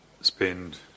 spend